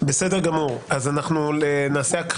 בסדר גמור, נקריא,